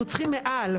אנחנו צריכים מעל.